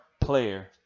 player